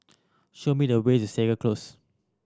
show me the way to Segar Close